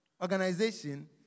organization